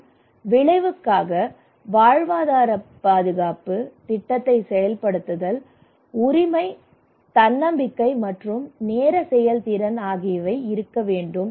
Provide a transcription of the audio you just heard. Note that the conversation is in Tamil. மற்றும் விளைவுக்காக வாழ்வாதார பாதுகாப்பு திட்டத்தை செயல்படுத்துதல் உரிமை தன்னம்பிக்கை மற்றும் நேர செயல்திறன் ஆகியவை இருக்க வேண்டும்